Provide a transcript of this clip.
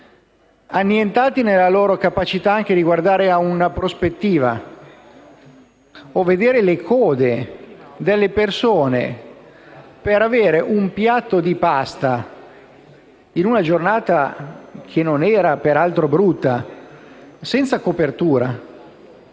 annientati nella loro capacità anche di guardare ad una prospettiva. Basta vedere le code delle persone per avere un piatto di pasta, in una giornata peraltro non brutta, senza copertura.